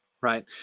right